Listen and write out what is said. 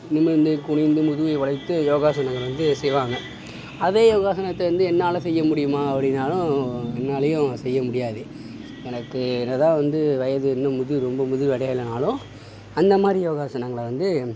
நிமிர்ந்து குனிந்து முதுகை வளைத்து யோகாசனங்கள் வந்து செய்வாங்க அதே யோகாசனத்தை வந்து என்னால் செய்ய முடியுமா அப்படினாலும் என்னாலேயும் செய்ய முடியாது எனக்கு என்னதான் வந்து வயது இன்னும் முதிர் ரொம்ப முதிர்வு அடையிலைனாலும் அந்தமாதிரி யோகாசனங்களை வந்து